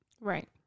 Right